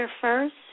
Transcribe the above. first